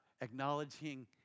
Acknowledging